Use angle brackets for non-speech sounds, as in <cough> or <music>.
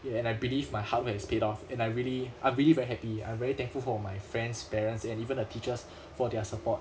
ya and I believe my hard work has paid off and I really I'm really very happy I'm very thankful for my friends parents and even the teachers <breath> for their support